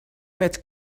met